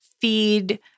feed